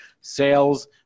Sales